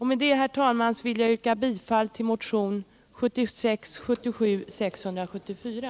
Herr talman, med detta vill jag yrka bifall till motionen 1976/77:674.